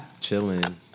chilling